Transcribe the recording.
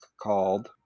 called